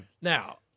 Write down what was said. Now